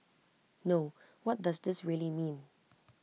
no what does this really mean